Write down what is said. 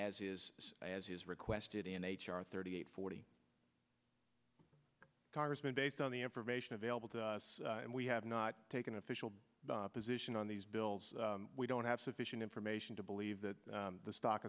as is as is requested in h r thirty eight forty congressmen based on the information available to us and we have not taken official position on these bills we don't have sufficient information to believe that the stock